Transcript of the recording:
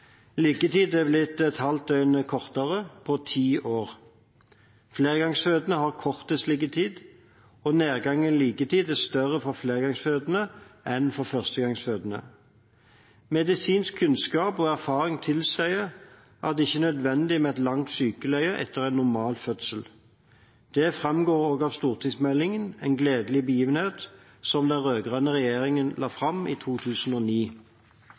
Liggetiden er blitt et halvt døgn kortere på ti år. Flergangsfødende har kortest liggetid, og nedgangen i liggetid er større for flergangsfødende enn for førstegangsfødende. Medisinsk kunnskap og erfaring tilsier at det ikke er nødvendig med et langt sykeleie etter en normal fødsel. Det framgår også av stortingsmeldingen En gledelig begivenhet, som den rød-grønne regjeringen la fram i 2009.